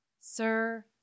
Sir